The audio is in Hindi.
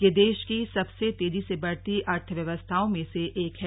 यह देश की सबसे तेजी से बढ़ती अर्थव्यवस्थाओं में से एक है